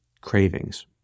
cravings